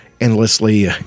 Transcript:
endlessly